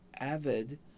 avid